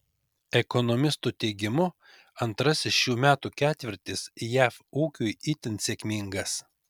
ekonomistų teigimu antrasis šių metų ketvirtis jav ūkiui itin sėkmingas